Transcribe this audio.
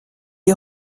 est